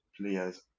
players